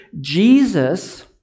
Jesus